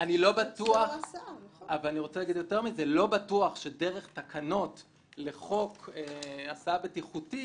אני לא בטוח שדרך תקנות לחוק הסעה בטיחותית